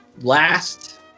last